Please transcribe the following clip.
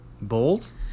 Bowls